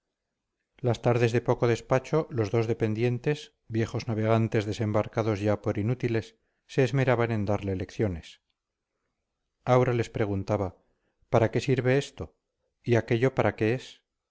las tardes de poco despacho los dos dependientes viejos navegantes desembarcados ya por inútiles se esmeraban en darle lecciones aura les preguntaba para qué sirve esto aquello para qué es